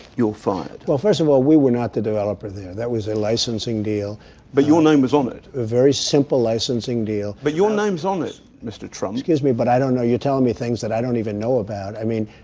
you're fired? well, first of all, we were not the developer there. that was a licensing deal but your name was on it a very simple licensing deal but your name's on it, mr. trump excuse me. but i don't know you're telling me things that i don't even know about. i mean,